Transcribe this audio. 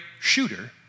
shooter